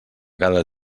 cada